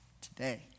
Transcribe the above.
today